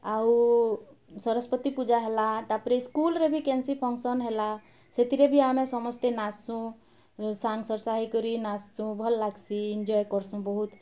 ଆଉ ସରସ୍ୱତୀ ପୂଜା ହେଲା ତା'ପରେ ସ୍କୁଲ୍ରେ ବି କେନ୍ସି ଫଙ୍କସନ୍ ହେଲା ସେଥିରେ ବି ଆମେ ସମସ୍ତେ ନାଚସୁଁ ସାଙ୍ଗ ସର୍ସା ହେଇକରି ନାଚସୁଁ ଭଲ୍ ଲାଗ୍ସି ଏନ୍ଜଏ କରସୁଁ ବହୁତ୍